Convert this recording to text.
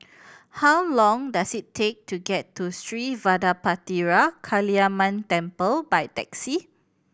how long does it take to get to Sri Vadapathira Kaliamman Temple by taxi